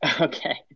Okay